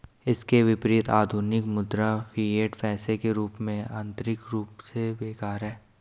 इसके विपरीत, आधुनिक मुद्रा, फिएट पैसे के रूप में, आंतरिक रूप से बेकार है